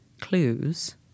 clues—